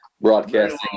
broadcasting